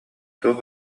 туох